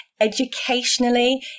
educationally